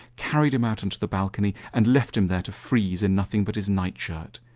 carried him out onto the balcony and left him there to freeze in nothing but his nightshirt.